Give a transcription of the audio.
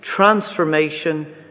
transformation